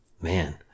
Man